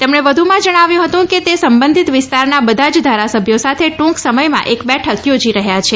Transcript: તેમણે વધુમાં જણાવ્યું હતું કે તે સંબંધિત વિસ્તારના બધા જ ધારાસભ્યો સાથે ટૂંક સમયમાં એક બેઠક યોજી રહ્યા છે